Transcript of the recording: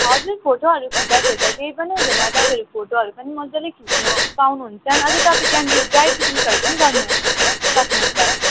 हजुर फोटोहरू खिच्दाखेरि त केही पनि हुँदैन तपाईँहरू फोटोहरू पनि मजाले खिच्नु पाउनुहुन्छ अझै तपाईँ त्यहाँनिर ड्राई पिक्निकहरू पनि गर्नु सक्नुहुन्छ